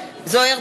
זוהיר